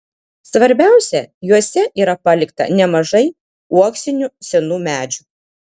svarbiausia juose yra palikta nemažai uoksinių senų medžių